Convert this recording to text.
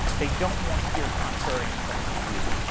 they don't want to hear contrarian points of view.